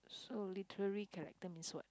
so literary character means what